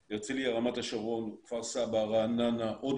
הרצליה, רמת השרון, כפר סבא, רעננה, הוד